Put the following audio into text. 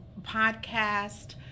podcast